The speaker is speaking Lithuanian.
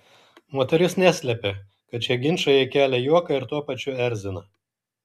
moteris neslepia kad šie ginčai jai kelia juoką ir tuo pačiu erzina